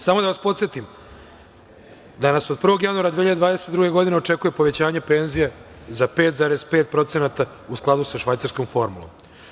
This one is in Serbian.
Samo da vas podsetim da nas od 1. januara 2022. godine očekuje povećanje penzija za 5,5% u skladu sa švajcarskom formulom.